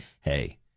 hey